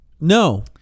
no